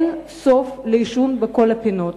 אין סוף לעישון בכל הפינות.